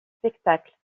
spectacle